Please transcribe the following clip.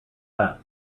that